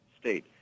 State